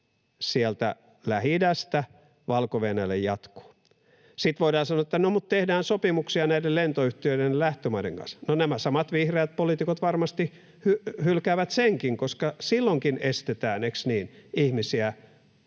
liikenne Lähi-idästä Valko-Venäjälle jatkuu. Sitten voidaan sanoa, että no mutta tehdään sopimuksia näiden lentoyhtiöiden ja lähtömaiden kanssa. No, nämä samat vihreät poliitikot varmasti hylkäävät senkin, koska silloinkin estetään, eikö